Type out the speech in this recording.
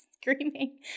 screaming